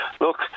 look